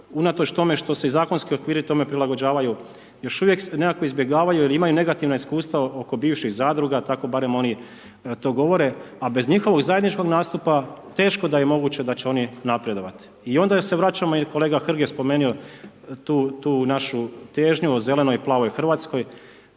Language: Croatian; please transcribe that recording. unatoč tome što se zakonski okviri tome prilagođavaju, još uvijek izbjegavaju jer imaju negativnih iskustva oko bivših zadruga tako barem oni to govore, a bez njihovih zajedničkog nastupa, teško da je moguće da će oni napredovati. I onda se vraćamo i kolega Hrg je spomenuo tu našu težnju o zelenoj i planovi Hrvatskoj,